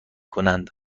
کنند